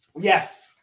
Yes